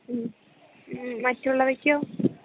മ്മ് മറ്റുള്ളവയ്ക്കോ